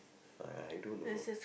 I don't know